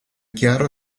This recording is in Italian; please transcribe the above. chiaro